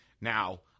Now